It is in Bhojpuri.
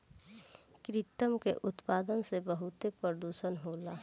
कृत्रिम के उत्पादन से बहुत प्रदुषण होला